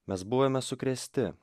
mes buvome sukrėsti